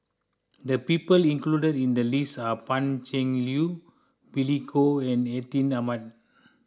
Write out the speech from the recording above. the people included in the list are Pan Cheng Lui Billy Koh and Atin Amat